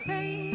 Hey